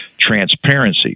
transparency